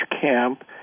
camp